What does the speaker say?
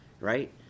right